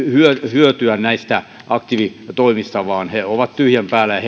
hyötyä näistä aktiivitoimista vaan jotka ovat tyhjän päällä